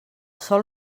sòl